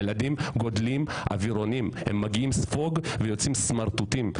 הילדים מגיעים לגן כמו ספוג ויוצאים סמרטוטים.